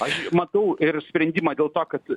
aš matau ir sprendimą dėl to kad